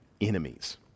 enemies